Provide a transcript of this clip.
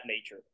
nature